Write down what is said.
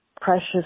precious